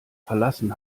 verlassen